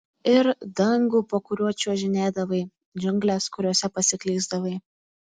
ir dangų po kuriuo čiuožinėdavai džiungles kuriose pasiklysdavai